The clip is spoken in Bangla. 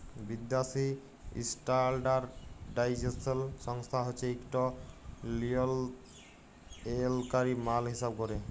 বিদ্যাসি ইস্ট্যাল্ডার্ডাইজেশল সংস্থা হছে ইকট লিয়লত্রলকারি মাল হিঁসাব ক্যরে